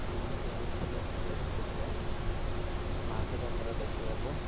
ଆମେ ଯାଇଥିଲୁ ଖଇରପୁଟରେ ମାଘଯାତ୍ରା ଦେଖିବାକୁ